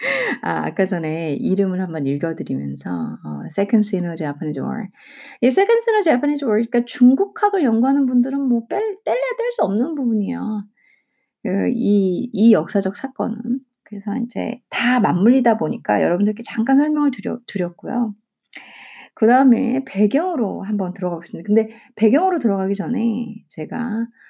아, 아까 전에 이름을 한번 읽어드리면서, 어, Second Sino-Japanese War. 이 Second Sino-Japanese War, 그러니까 중국학을 연구하는 분들은 뭐 뺄- 뗄래야 뗄 수 없는 부분이에요. 그 이- 이 역사적 사건은. 그래서 이제 다 맞물리다 보니까 여러분들께 잠깐 설명을 드려- 드렸고요. 그다음에 배경으로 한번 들어가 보겠습니다. 근데 배경으로 들어가기 전에 제가